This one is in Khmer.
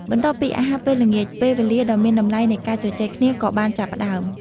បន្ទាប់ពីអាហារពេលល្ងាច ពេលវេលាដ៏មានតម្លៃនៃការជជែកគ្នាក៏បានចាប់ផ្តើម។